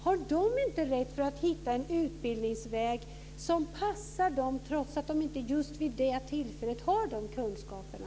Har de inte rätt att hitta en utbildningsväg som passar dem trots att de inte just vid det tillfället har de kunskaperna?